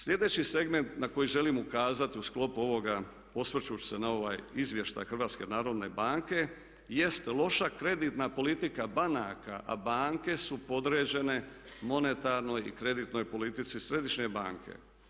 Sljedeći segment na koji želim ukazati u sklopu ovoga osvrćući se na ovaj izvještaj HNB-a jest loša kreditna politika banaka, a banke su podređene monetarnoj i kreditnoj politici središnje banke.